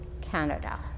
Canada